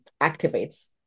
activates